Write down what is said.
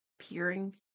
peering